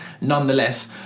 nonetheless